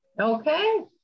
Okay